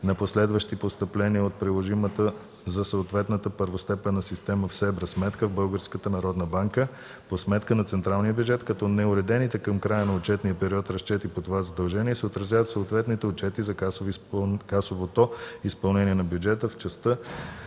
на последващи постъпления от приложимата за съответната първостепенна система в СЕБРА сметка в Българската народна банка по сметка на централния бюджет, като неуредените към края на отчетния период разчети по това задължение се отразяват в съответните отчети за касовото изпълнение на бюджета в частта